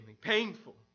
painful